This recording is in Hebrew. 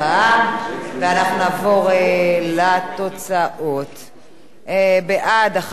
ואנחנו נעבור לתוצאות: בעד, 11,